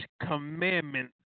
commandment